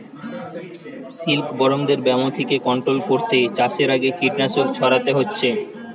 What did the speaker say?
সিল্কবরমদের ব্যামো থিকে কন্ট্রোল কোরতে চাষের আগে কীটনাশক ছোড়াতে হচ্ছে